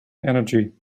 energy